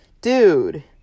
dude